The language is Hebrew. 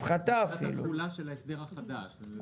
מבחינת התכולה של ההסדר החדש.